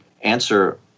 answer